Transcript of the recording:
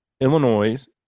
Illinois